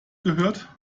gehört